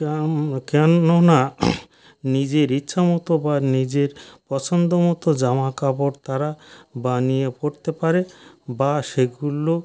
কেন কেননা নিজের ইচ্ছা মতো বা নিজের পছন্দমতো জামা কাপড় তারা বানিয়ে পরতে পারে বা সেগুলো